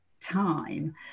Time